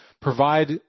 provide